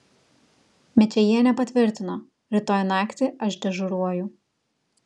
mečėjienė patvirtino rytoj naktį aš dežuruoju